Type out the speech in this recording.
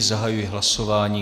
Zahajuji hlasování.